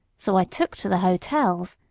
so i took to the hotels.